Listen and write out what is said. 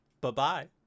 Bye-bye